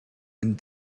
and